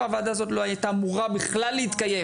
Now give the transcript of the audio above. הוועדה הזאת לא הייתה אמורה בכלל להתקיים.